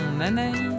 Anaïs